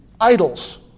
Idols